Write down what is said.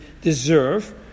deserve